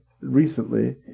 recently